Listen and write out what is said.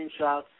screenshots